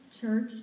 church